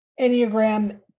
enneagram